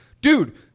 Dude